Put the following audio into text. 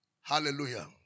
Hallelujah